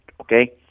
okay